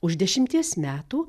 už dešimties metų